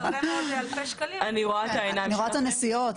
אני רואה את הנסיעות,